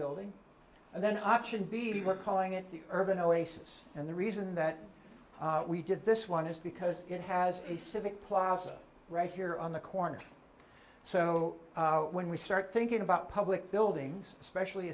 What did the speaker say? building and then i should be calling it the urban oasis and the reason that we did this one is because it has a civic plaza right here on the corner so when we start thinking about public buildings especially